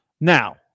Now